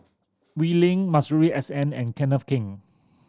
Wee Lin Masuri S N and Kenneth Keng